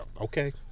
okay